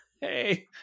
Hey